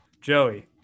Joey